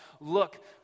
look